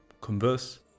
converse